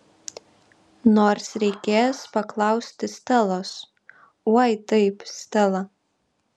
nors reikės paklausti stelos oi taip stela